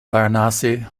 varanasi